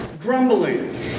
Grumbling